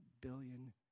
billion